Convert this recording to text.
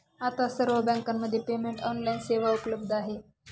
आता सर्व बँकांमध्ये पेमेंट ऑनलाइन सेवा उपलब्ध आहे